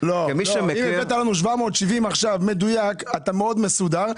אם הבאת לנו נתון של 770 עכשיו באופן מדויק אתה מאוד מסודר.